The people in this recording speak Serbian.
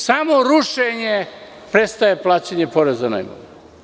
Samo rušenjem prestaje plaćanje poreza na imovinu.